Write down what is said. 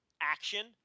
action